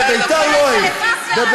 בבית"ר לא היית.